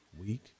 week